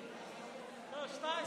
לא, שתיים.